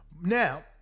Now